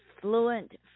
fluent